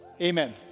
Amen